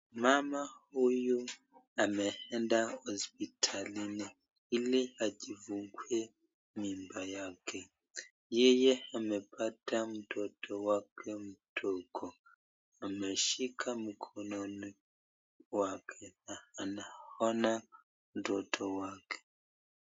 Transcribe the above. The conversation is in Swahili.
Mama huyu ameenda hospitalini ili ajifungue mimba yake. Yeye amepata mtoto wake mdogo, amemshika mkononi wake. Anaona mtoto wake.